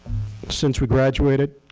since we graduated,